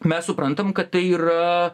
mes suprantam kad tai yra